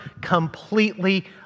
completely